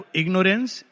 ignorance